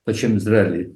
pačiam izraely